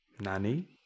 Nanny